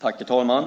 Herr talman!